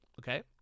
Okay